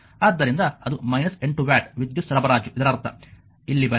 ಆದ್ದರಿಂದ ಅದು 8 ವ್ಯಾಟ್ ವಿದ್ಯುತ್ ಸರಬರಾಜು ಇದರರ್ಥ ಇಲ್ಲಿ ಬನ್ನಿ